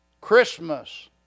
Christmas